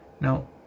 Now